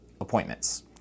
appointments